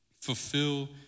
fulfill